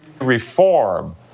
reform